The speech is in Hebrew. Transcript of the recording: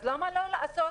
אז למה לא לעשות